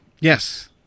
Yes